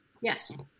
Yes